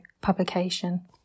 publication